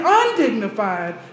undignified